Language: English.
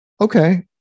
Okay